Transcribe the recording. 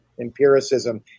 empiricism